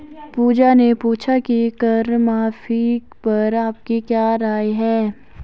पूजा ने पूछा कि कर माफी पर आपकी क्या राय है?